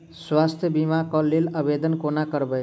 स्वास्थ्य बीमा कऽ लेल आवेदन कोना करबै?